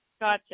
gotcha